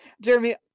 Jeremy